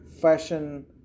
fashion